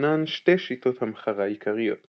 ישנן שתי שיטות המחרה עיקריות